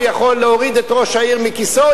הוא יכול להוריד את ראש העיר מכיסאו,